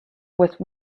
with